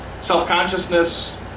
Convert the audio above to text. self-consciousness